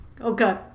Okay